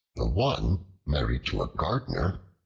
the one married to a gardener,